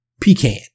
Pecan